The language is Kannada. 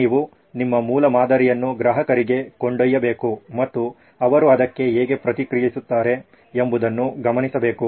ಈಗ ನೀವು ನಿಮ್ಮ ಮೂಲಮಾದರಿಯನ್ನು ಗ್ರಾಹಕರಿಗೆ ಕೊಂಡೊಯ್ಯಬೇಕು ಮತ್ತು ಅವರು ಅದಕ್ಕೆ ಹೇಗೆ ಪ್ರತಿಕ್ರಿಯಿಸುತ್ತಾರೆ ಎಂಬುದನ್ನು ಗಮನಿಸಬೇಕು